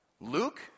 Luke